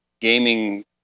gaming